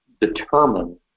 determine